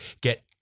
get